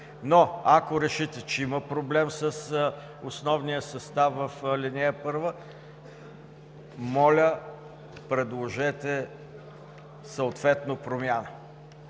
но, ако решите, че има проблем с основния състав в ал. 1, моля, предложете съответна промяна.